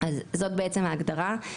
זאת בעצם ההגדרה.